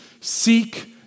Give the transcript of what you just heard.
seek